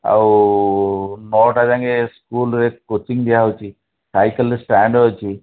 ଆଉ ନଅଟା ଯାଏଁକେ ସ୍କୁଲ୍ରେ କୋଚିଂ ଦିଆହେଉଛି ସାଇକେଲ୍ ଷ୍ଟାଣ୍ଡ୍ ଅଛି